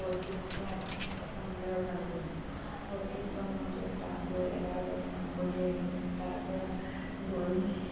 বশিষ্ঠ মন্দিৰৰ ফালে গ'লোঁ বশিষ্ঠ মন্দিৰত তাত গৈ এবাৰ দৰ্শন কৰি আহিলোঁ তাৰপৰা গৈ